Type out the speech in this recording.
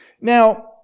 Now